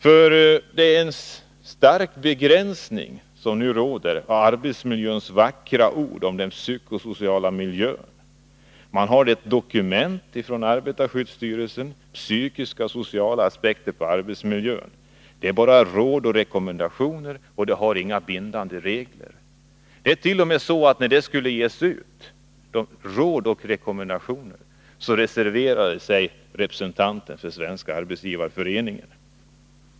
Betydelsen av arbetsmiljön är starkt begränsad, trots alla vackra ord om den psykosociala miljön. Det finns visserligen ett dokument från arbetarskyddsstyrelsen, Psykiska och sociala aspekter på arbetsmiljön. Men det är där bara fråga om råd och rekommendationer. Det finns inga bindande regler. Det ärt.o.m. så att när detta dokument skulle ges ut så reserverade sig representanten för Svenska arbetsgivareföreningen.